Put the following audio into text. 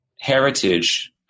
heritage